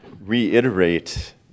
reiterate